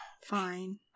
fine